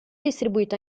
distribuito